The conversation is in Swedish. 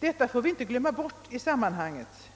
Detta får vi inte glömma bort i sammanhanget.